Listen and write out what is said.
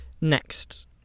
next